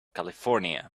california